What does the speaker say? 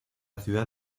ciudad